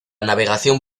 navegación